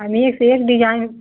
हम एक से एक डिजाइन